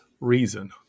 reason